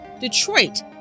Detroit